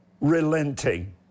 relenting